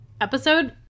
episode